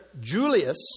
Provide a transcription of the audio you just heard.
Julius